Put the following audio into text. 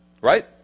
Right